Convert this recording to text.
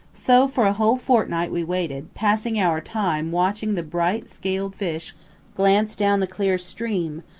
so for a whole fortnight we waited, passing our time watching the bright scaled fish glance down the clear stream,